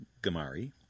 Gamari